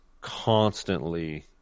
constantly